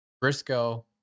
Briscoe